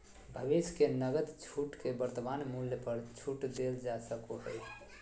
भविष्य के नकद छूट के वर्तमान मूल्य पर छूट देल जा सको हइ